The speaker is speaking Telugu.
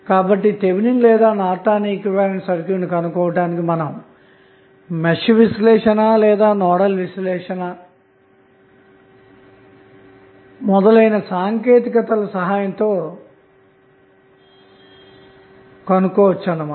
కాబట్టి థెవెనిన్ లేదా నార్టన్ ఈక్వివలెంట్ సర్క్యూట్ను కనుగొనటానికి మనం మెష్ లేదా నోడల్ సర్క్యూట్ విశ్లేషణ సాంకేతికత సహాయంతో మాత్రమే కనుక్కోవచ్చు అన్న మాట